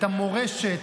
את המורשת,